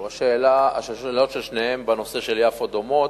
השאלות של שניהם בנושא של יפו דומות.